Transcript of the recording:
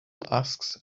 asks